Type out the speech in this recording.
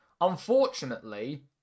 Unfortunately